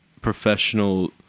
professional